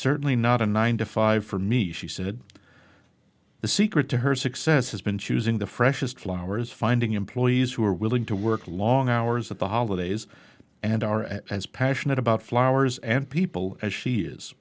certainly not a nine to five for me she said the secret to her success has been choosing the freshest flowers finding employees who are willing to work long hours at the holidays and are as passionate about flowers and people as she is